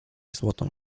złotą